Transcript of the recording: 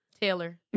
Taylor